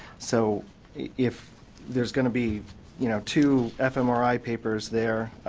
so if there's going to be you know two fmri papers there,